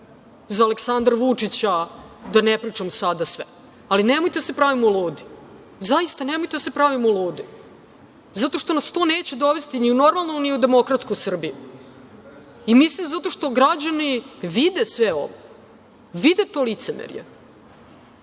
za Aleksandra Vučića, da ne pričam sada sve. Nemojte da se pravimo ludi, zaista nemojte da se pravimo ludi, zato što nas to neće dovesti ni u normalnu ni u demokratsku Srbiju. Mislim zato što građani vide sve ovo, vide to licemerje. Ako